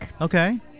Okay